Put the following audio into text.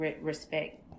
respect